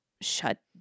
shut